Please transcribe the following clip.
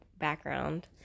background